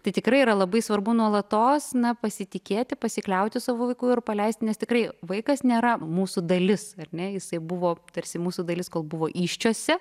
tai tikrai yra labai svarbu nuolatos na pasitikėti pasikliauti savo vaiku ir paleisti nes tikrai vaikas nėra mūsų dalis ar ne jisai buvo tarsi mūsų dalis kol buvo įsčiose